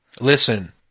listen